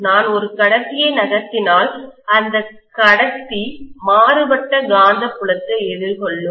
நான் ஒரு கடத்தியை நகர்த்தினால் அந்த கடத்தி மாறுபட்ட காந்தப்புலத்தை எதிர்கொள்ளும்